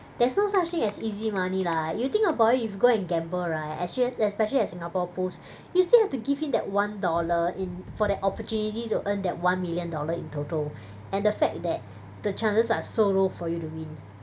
there's no such thing as easy money lah you think about it if you go and gamble right espe~ especially at Singapore pools you still have to give in that one dollar in for that opportunity to earn that one million dollar in total and the fact that the chances are so low for you to win